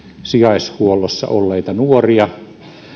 sijaishuollossa olleita nuoria